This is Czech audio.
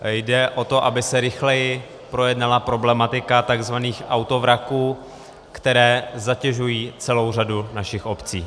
Jde o to, aby se rychleji projednala problematika takzvaných autovraků, které zatěžují celou řadu našich obcí.